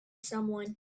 someone